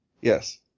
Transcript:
Yes